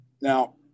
Now